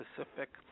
specific